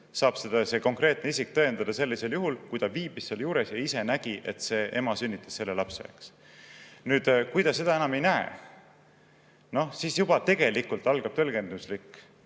saab see konkreetne isik tõendada sellisel juhul, kui ta viibis seal juures ja ise nägi, et see ema sünnitas selle lapse. Nüüd, kui ta seda ei näinud, siis juba tegelikult algab tõlgenduslik